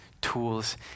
tools